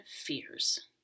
fears